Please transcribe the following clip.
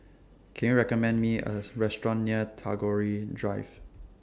Can YOU recommend Me A Restaurant near Tagore Drive